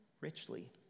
richly